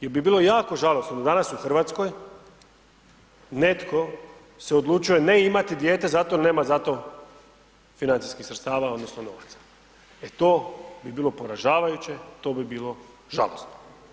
Jer bi bilo jako žalosno da danas u Hrvatskoj netko se odlučuje ne imati dijete zato jer nema zato financijskih sredstava odnosno novaca jer to bi bilo poražavajuće, to bi bilo žalosno.